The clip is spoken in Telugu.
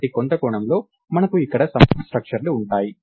కాబట్టి కొంత కోణంలో మనకు ఇక్కడ సమూహ స్ట్రక్చర్ లు ఉన్నాయి